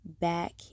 back